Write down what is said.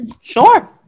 Sure